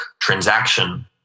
transaction